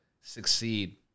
succeed